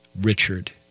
Richard